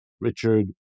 Richard